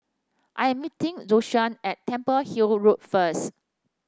I am meeting Joshuah at Temple Hill Road first